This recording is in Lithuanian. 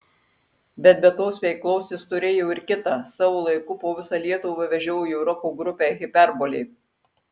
bet be tos veiklos jis turėjo ir kitą savo laiku po visą lietuvą vežiojo roko grupę hiperbolė